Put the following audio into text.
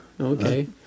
Okay